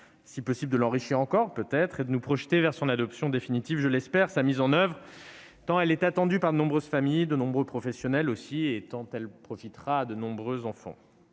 si possible de l'enrichir encore, et de nous projeter vers son adoption définitive et sa mise en oeuvre, tant elle est attendue par de nombreuses familles, de nombreux professionnels et tant elle profitera à de nombreux enfants.